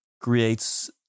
creates